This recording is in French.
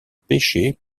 pêcher